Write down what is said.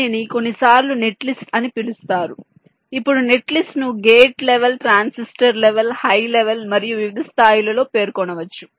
దీనిని కొన్నిసార్లు నెట్లిస్ట్ అని పిలుస్తారు ఇప్పుడు నెట్ లిస్ట్ను gate level transistor level high level మరియు వివిధ స్థాయిలలో పేర్కొనవచ్చు